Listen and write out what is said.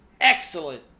excellent